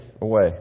away